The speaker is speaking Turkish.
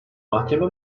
mahkeme